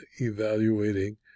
evaluating